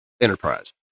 enterprise